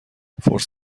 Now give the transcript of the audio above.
فرصت